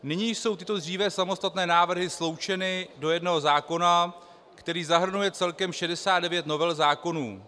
Nyní jsou tyto dříve samostatné návrhy sloučeny do jednoho zákona, který zahrnuje celkem 69 novel zákonů.